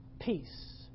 peace